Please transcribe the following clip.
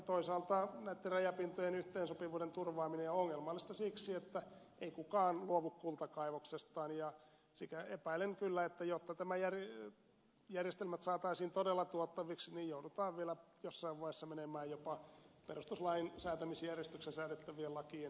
toisaalta näitten rajapintojen yhteensopivuuden turvaaminen on ongelmallista siksi että ei kukaan luovu kultakaivoksestaan ja epäilen kyllä että jotta nämä järjestelmät saataisiin todella tuottaviksi joudutaan vielä jossain vaiheessa menemään jopa perustuslain säätämisjärjestyksessä säädettävien lakien hyväksikäyttöön